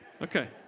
Okay